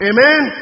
Amen